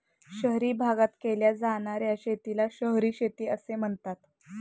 शहरी भागात केल्या जाणार्या शेतीला शहरी शेती असे म्हणतात